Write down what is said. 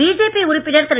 BJP உறுப்பினர் திரு